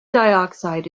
dioxide